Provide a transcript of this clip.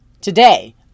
Today